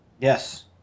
Yes